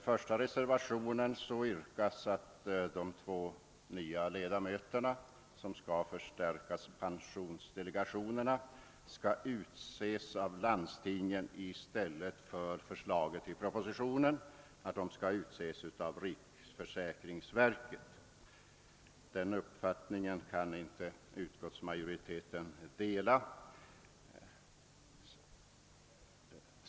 I reservationen 1 yrkas att de två nya ledamöter som skall förstärka pensionsdelegationerna skall utses av landstingen i stället för, såsom föreslås i propositionen, av = riksförsäkringsverket. Denna uppfattning kan utskottsmajoriteten inte dela.